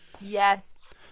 yes